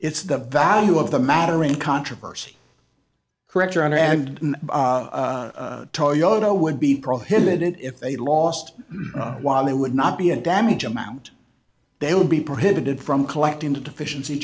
it's the value of the matter in controversy corrector and toyota would be prohibited if they lost while they would not be a damage amount they would be prohibited from collecting the deficiency